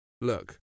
look